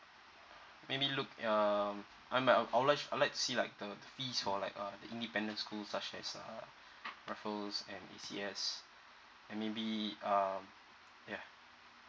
maybe look um I'm I'd like I'd like see like the fees for like uh the independent school such as uh raffles and E_C_S and maybe um yeah